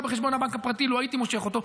בחשבון הבנק הפרטי לו הייתי מושך אותו.